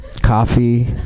coffee